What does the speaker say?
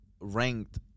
ranked